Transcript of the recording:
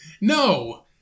No